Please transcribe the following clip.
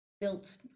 built